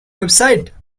website